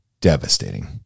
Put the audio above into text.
devastating